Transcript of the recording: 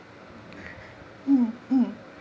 um um